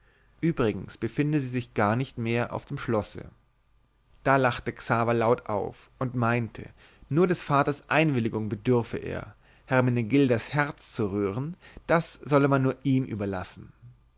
übrigens befinde sie sich gar nicht mehr auf dem schlosse da lachte xaver laut auf und meinte nur des vaters einwilligung bedürfe er hermenegildas herz zu rühren das solle man nur ihm überlassen